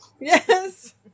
yes